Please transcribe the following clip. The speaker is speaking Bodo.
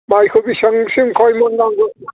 माइखौ बेसेबांसिम कय मन नांगौ